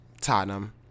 tottenham